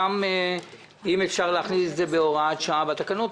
וגם אם אפשר להכניס את זה בהוראת שעה בתקנות,